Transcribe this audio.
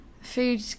food